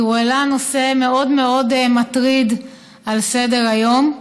כי הוא העלה נושא מאוד מאוד מטריד על סדר-היום.